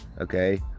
Okay